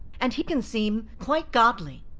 and he can seem quite godly.